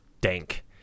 dank